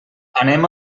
anem